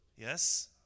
yes